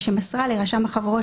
ושמסרה לרשם החברות,